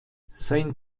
sein